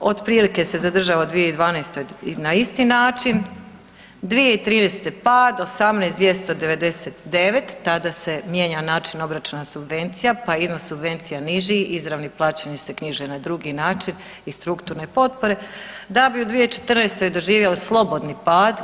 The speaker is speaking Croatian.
otprilike se zadržao u 2012. na isti način, 2013. pad 18.299 tada se mijenja način obračuna subvencija pa je iznos subvencija niži, izravna plaćanja se knjiže na drugi način i strukturne potpore da bi u 2014. doživio slobodni pad.